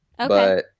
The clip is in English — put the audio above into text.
Okay